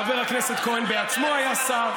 חבר הכנסת כהן בעצמו היה שר.